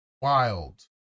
wild